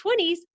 20s